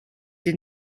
did